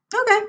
Okay